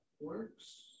works